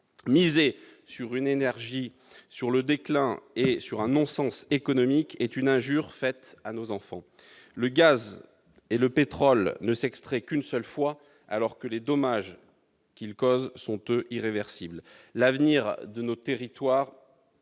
Miser sur une énergie déclinante et sur un non-sens économique serait une injure faite à nos enfants. Le gaz et le pétrole ne s'extraient qu'une seule fois, alors que les dommages qu'ils causent sont, eux, irréversibles. L'avenir de nos territoires